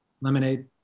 lemonade